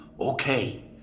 Okay